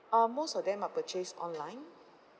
uh most of them are purchased online